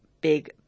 big